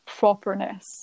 properness